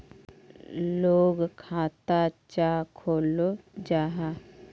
लोग खाता चाँ खोलो जाहा?